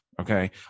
okay